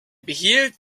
behielt